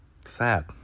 Sad